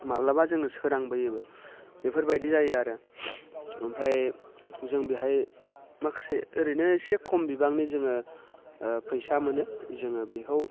माब्लाबा जोङो सोरांबोयोबो बेफोरबायदि जायो आरो ओमफ्राय जों बेहाय माखासे ओरैनो एसे खम बिबांनि जोङो फैसा मोनो जोङो बेखौ